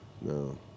No